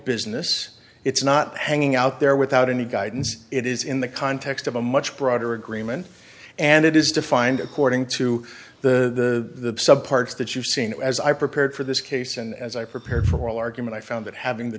business it's not hanging out there without any guidance it is in the context of a much broader agreement and it is defined according to the sub parts that you've seen as i prepared for this case and as i prepare for oral argument i found that having the